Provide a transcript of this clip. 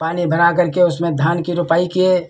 पानी बना करके उसमें धान की रोपाई किए